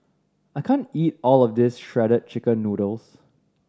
I can't eat all of this Shredded Chicken Noodles